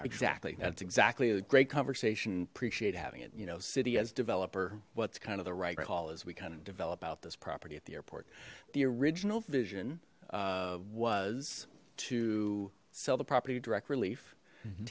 exactly that's exactly a great conversation appreciate having it you know city has developer what's kind of the right call is we kind of develop out this property at the airport the original vision was to sell the property direct relief